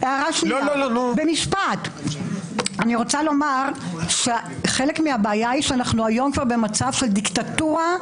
אני רוצה לומר שחלק מהבעיה היא שאנחנו היום כבר במצב של דיקטטורה,